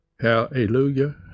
hallelujah